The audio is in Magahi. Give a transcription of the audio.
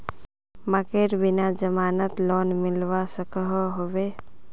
मकईर बिना जमानत लोन मिलवा सकोहो होबे?